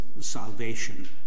salvation